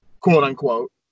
quote-unquote